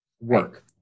work